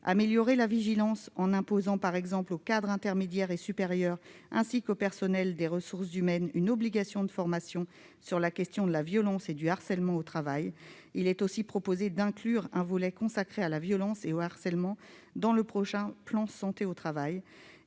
améliorer la vigilance en imposant, par exemple, aux cadres intermédiaires et supérieurs, ainsi qu'aux personnels des ressources humaines, une obligation de formation sur le thème de la violence et du harcèlement au travail- il est aussi proposé d'inclure un volet consacré à la violence et au harcèlement dans le prochain plan Santé au travail